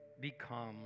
become